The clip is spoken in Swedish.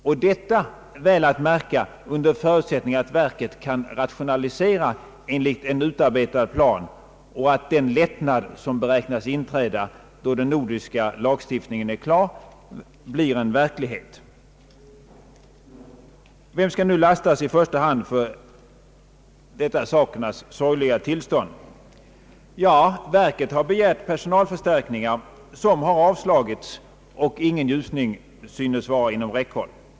Och siffrorna är, väl att märka, framräknade under förutsättning att verket kan rationalisera enligt en utarbetad plan liksom att den lättnad, som väntas inträda när den nordiska lagstiftningen är klar, kommer att bli verklighet. Vem skall nu i första hand lastas för detta sakernas sorgliga tillstånd? Ja, verket har begärt personalförstärkningar som avslagits, och ingen ljusning synes vara inom räckhåll.